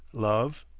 love,